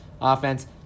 Offense